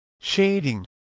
shading